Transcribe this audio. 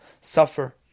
suffer